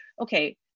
okay